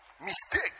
mistake